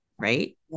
right